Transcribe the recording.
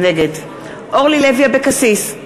נגד אורלי לוי אבקסיס,